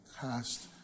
Cast